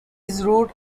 and